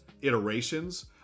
iterations